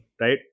Right